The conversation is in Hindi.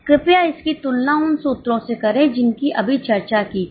कृपया इसकी तुलना उन सूत्रों से करें जिनकी अभी चर्चा की थी